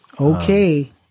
Okay